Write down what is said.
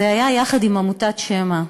זה היה יחד עם עמותת "שמע".